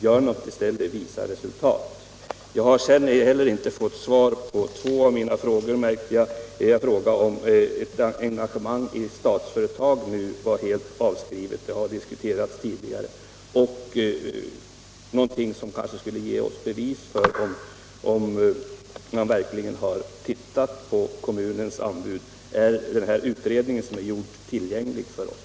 Gör något i stället! Visa resultat! Jag har inte fått svar på två av mina frågor, märker jag. Jag frågade, om tanken på ett engagemang genom Statsföretag nu var helt avskriven — det har diskuterats tidigare. Den andra frågan som jag inte fått något svar på gällde huruvida man inte skulle kunna få bevis för att arbetsgruppen verkligen har tittat på kommunens anbud genom att den gjorda utredningen blev tillgänglig för oss.